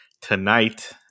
tonight